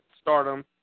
stardom